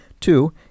Two